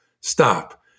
stop